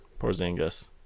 Porzingis